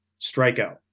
strikeout